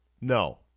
no